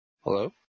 Hello